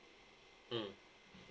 mm